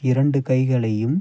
இரண்டு கைகளையும்